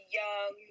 young